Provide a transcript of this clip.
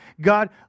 God